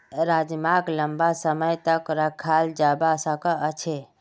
राजमाक लंबा समय तक रखाल जवा सकअ छे